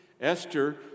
Esther